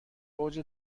اوج